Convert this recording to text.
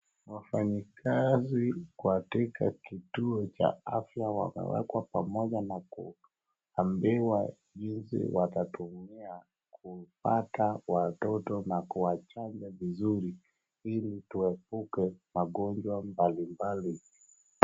Wafanyikazi katika kituo cha afya wamewekwa pamoja na kuambiwa jinsi watatumia kupata watoto na kuwachanja vizuri ili tuepuke magonjwa mbalimbali.